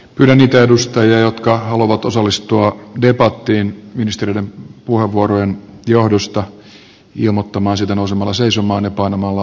pyydän niitä edustajia jotka haluavat osallistua debattiin ministereiden puheenvuorojen johdosta ilmoittamaan siitä nousemalla seisomaan ja painamalla v painiketta